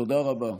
תודה רבה.